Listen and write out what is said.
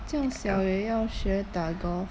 这样小也要学打 golf ah